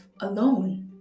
alone